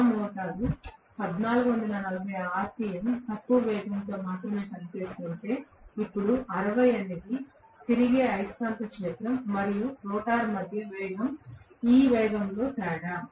నా motor 1440 RPM తక్కువ వేగంతో మాత్రమే పనిచేస్తుంటే ఇప్పుడు 60 అనేది తిరిగే అయస్కాంత క్షేత్రం మరియు రోటర్ వేగం మధ్య ఈ వేగంలో తేడా